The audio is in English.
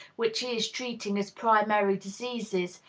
which he is treating as primary diseases,